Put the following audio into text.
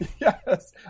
yes